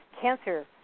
cancer